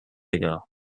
ago